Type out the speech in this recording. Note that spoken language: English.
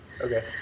Okay